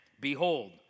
behold